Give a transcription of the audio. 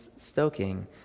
stoking